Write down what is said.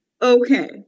okay